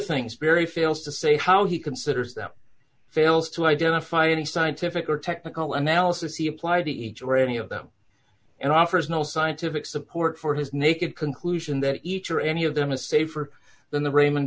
things barry fails to say how he considers them fails to identify any scientific or technical analysis he applied to each read any of them and offers no scientific support for his naked conclusion that each or any of them is safer than the raymond